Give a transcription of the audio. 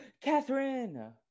Catherine